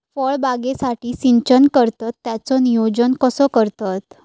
फळबागेसाठी सिंचन करतत त्याचो नियोजन कसो करतत?